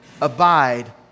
Abide